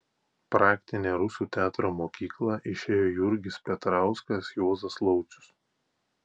praktinę rusų teatro mokyklą išėjo jurgis petrauskas juozas laucius